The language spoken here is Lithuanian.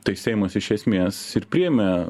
tai seimas iš esmės ir priėmė